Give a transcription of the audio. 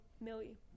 Millie